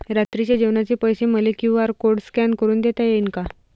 रात्रीच्या जेवणाचे पैसे मले क्यू.आर कोड स्कॅन करून देता येईन का?